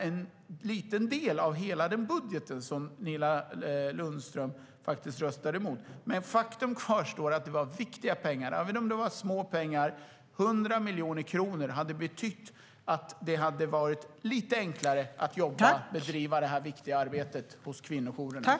Det var en liten del av hela budgeten, men faktum kvarstår att det var viktiga pengar. Även om det var små pengar hade 100 miljoner kronor betytt att det hade varit lite enklare att jobba med och bedriva det här viktiga arbetet hos kvinnojourerna.